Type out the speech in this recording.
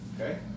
Okay